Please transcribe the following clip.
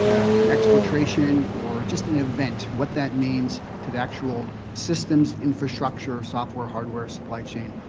an exfiltration or just an event, what that means to the actual systems infrastructure, software, hardware, supply chain,